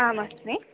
आमस्मि